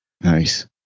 Nice